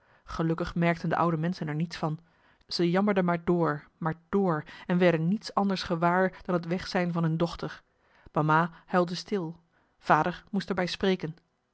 gelukkig merkten de oude menschen er niets van ze jammerden maar door maar door en werden niets anders gewaar dan het wegzijn van hun dochter mama huilde stil vader moest er bij spreken